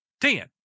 ten